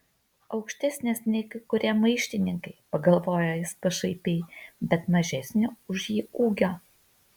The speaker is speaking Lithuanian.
aukštesnės nei kai kurie maištininkai pagalvojo jis pašaipiai bet mažesnio už jį ūgio